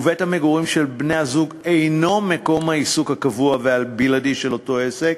ובית-המגורים של בני-הזוג אינו מקום העיסוק הקבוע והבלעדי של אותו עסק,